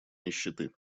нищеты